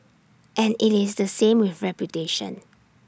and IT is the same with reputation